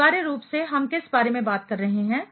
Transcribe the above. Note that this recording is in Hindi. अनिवार्य रूप से हम किस बारे में बात कर रहे हैं